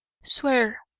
swear,